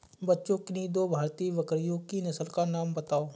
बच्चों किन्ही दो भारतीय बकरियों की नस्ल का नाम बताओ?